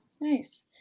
nice